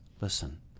listen